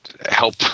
help